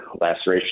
laceration